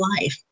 life